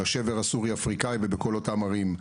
בשבר הסורי האפריקאי ובכל אותן ערים,